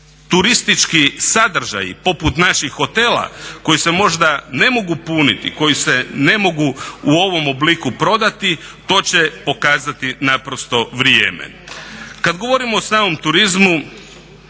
turistički sadržaji poput naših hotela koji se možda ne mogu puniti, koji se ne mogu u ovom obliku prodati to će pokazati naprosto vrijeme. Kad govorim o samom turizmu